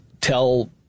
tell